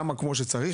כמה כמו שצריך?